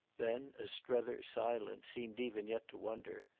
then as strether, silent, seemed even yet to wonder,